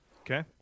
Okay